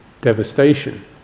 devastation